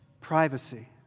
privacy